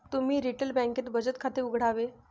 तुम्ही रिटेल बँकेत बचत खाते उघडावे